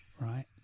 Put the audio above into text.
right